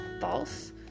false